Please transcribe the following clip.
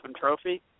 Trophy